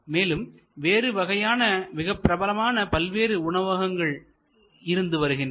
மேலும் வேறு வகையான மிகப்பிரபலமான பல்வேறு உணவகங்களும் இருந்து வருகின்றன